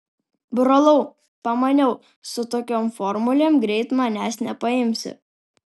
brolau pamaniau su tokiom formulėm greit manęs nepaimsi